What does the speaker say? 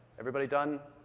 everybody done?